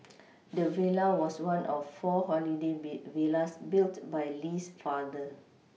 the villa was one of four holiday be villas built by Lee's father